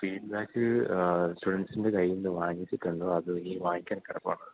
feedback സ്റ്റുഡൻസിൻ്റെ കയ്യിൽ നിന്ന് വാങ്ങിച്ചിട്ടുണ്ടോ അതോ ഇനി വാങ്ങിക്കാൻ കിടക്കുവാണോ